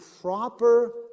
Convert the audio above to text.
proper